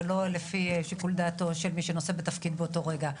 ולא לפי שיקול דעתו של מי שנושא בתפקיד באותו רגע.